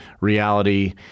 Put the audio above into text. reality